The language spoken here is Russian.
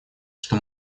что